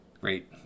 Great